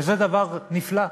שזה דבר נפלא,